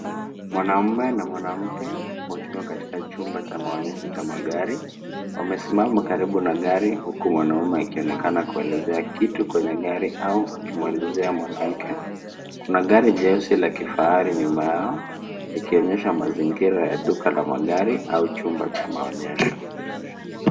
Mwanamme na mwanamke wakiwa katika chumba cha maonyesho cha magari. Wamesimama karibu na gari huku mwanamume akionekana kuelezea kitu kwenye gari au ukimuelezea mwanamke. Kuna gari nyeusi la kifahari nyuma yao ikionyesha mazingira ya duka la magari au chumba cha maonyesho.